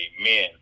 amen